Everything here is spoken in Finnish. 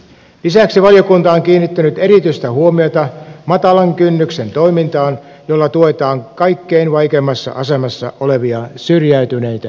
lisäksi valiokunta on kiinnittänyt erityistä huomiota matalan kynnyksen toimintaan jolla tuetaan kaikkein vaikeimmassa asemassa olevia syrjäytyneitä